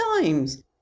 times